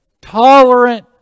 Tolerant